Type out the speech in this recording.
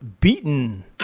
Beaten